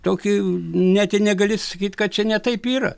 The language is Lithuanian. tokį net i negali sakyt kad čia ne taip yra